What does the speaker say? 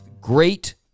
great